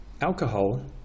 alcohol